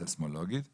סיסמולוגית באדמה.